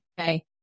okay